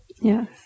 Yes